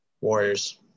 Warriors